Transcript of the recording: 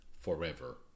forever